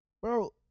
Bro